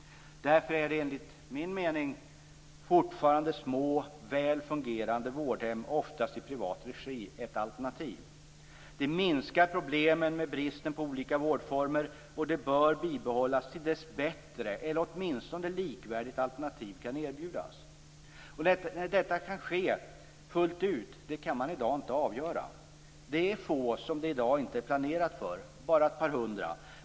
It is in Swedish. Därför är enligt min mening fortfarande små, väl fungerande vårdhem - oftast i privat regi - ett alternativ. De minskar problemet med bristen på olika vårdformer, och de bör behållas till dess att bättre, eller åtminstone likvärdiga, alternativ kan erbjudas. När detta kan ske fullt ut kan man i dag inte avgöra. Det är få som det i dag inte är planerat för, bara ett par hundra.